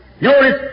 Notice